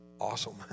awesome